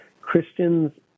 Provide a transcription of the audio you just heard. Christians